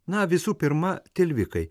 na visų pirma tilvikai